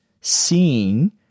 seeing